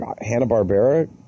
Hanna-Barbera